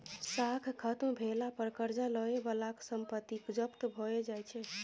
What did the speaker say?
साख खत्म भेला पर करजा लए बलाक संपत्ति जब्त भए जाइ छै